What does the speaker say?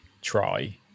try